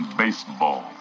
baseball